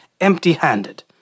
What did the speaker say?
empty-handed